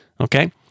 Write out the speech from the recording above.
Okay